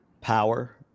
Power